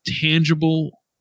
tangible